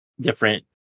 different